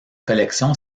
collection